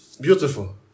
Beautiful